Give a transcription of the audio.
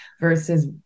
versus